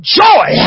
joy